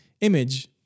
image